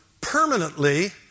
permanently